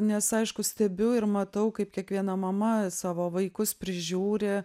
nes aišku stebiu ir matau kaip kiekviena mama savo vaikus prižiūri